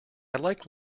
like